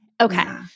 Okay